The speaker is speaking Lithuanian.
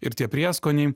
ir tie prieskoniai